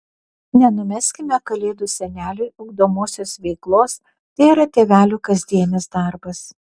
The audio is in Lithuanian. nenumeskime kalėdų seneliui ugdomosios veiklos tai yra tėvelių kasdienis darbas